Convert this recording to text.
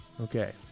Okay